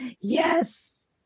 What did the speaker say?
Yes